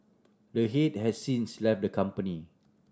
the head has since left the company